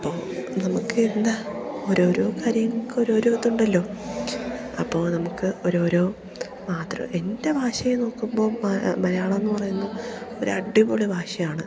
അപ്പോൾ നമുക്ക് എന്താണ് ഓരോരോ കാര്യങ്ങൾക്ക് ഓരോരോ ഇത് ഉണ്ടല്ലോ അപ്പോൾ നമുക്ക് ഓരോരോ മാത്രം എൻ്റെ ഭാഷയെ നോക്കുമ്പോൾ മലയാളം എന്നു പറയുന്നത് ഒരു അടിപൊളി ഭാഷയാണ്